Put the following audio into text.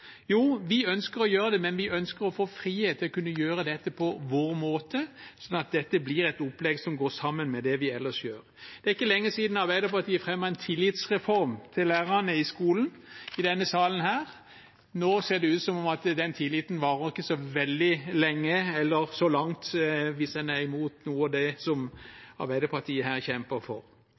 Jo, de ønsker å gjøre det, men de ønsker å få frihet til å kunne gjøre det på sin måte, slik at dette blir et opplegg som går sammen med det de ellers gjør. Det er ikke lenge siden Arbeiderpartiet fremmet forslag om en tillitsreform for lærerne i skolen i denne salen. Nå ser det ut som om den tilliten ikke strekker seg så veldig langt hvis man er imot noe av det som Arbeiderpartiet her kjemper for.